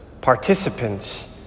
participants